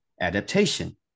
Adaptation